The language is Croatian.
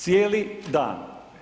Cijeli dan.